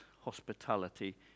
hospitality